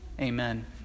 Amen